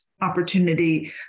opportunity